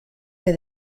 que